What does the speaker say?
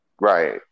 right